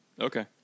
Okay